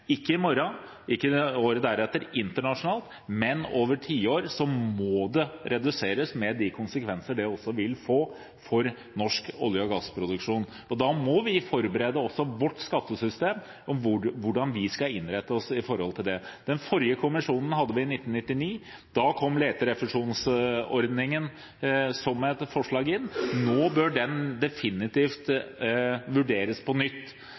ikke i morgen, ikke året deretter, men over tiår må det reduseres, med de konsekvenser det vil ha for norsk olje- og gassproduksjon. Da må vi forberede også vårt skattesystem på hvordan vi skal innrette oss når det gjelder dette. Den forrige kommisjonen hadde vi i 1999. Da kom leterefusjonsordningen inn som et forslag. Nå bør den definitivt vurderes på nytt,